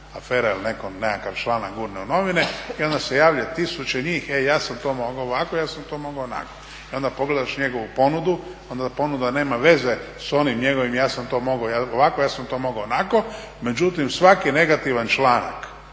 neko nekakav članak gurne u novine i onda se javljaju tisuće njih e ja sam to mogao ovako, ja sam to mogao onako. I onda pogledaš njegovu ponudu, onda ponuda nema veze s onim njegovim ja sam to mogao ovako, ja sam to mogao onako. Međutim, svaki negativan članak